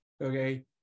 okay